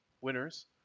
winners